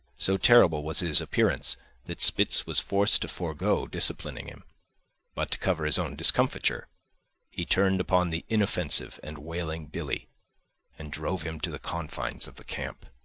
so terrible was his appearance that spitz was forced to forego disciplining him but to cover his own discomfiture he turned upon the inoffensive and wailing billee and drove him to the confines of the camp.